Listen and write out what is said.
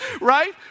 Right